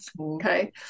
Okay